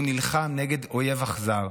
הוא נלחם נגד אויב אכזר,